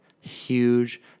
huge